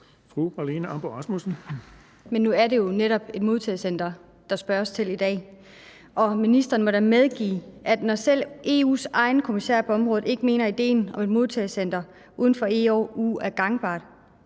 Men nu er det jo netop et modtagecenter, der spørges til i dag, og ministeren må da medgive, at når EU's egen kommissær på området ikke mener, at ideen om et modtagecenter uden for EU er gangbart,